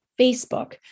Facebook